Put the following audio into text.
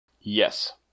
Yes